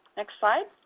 next slide.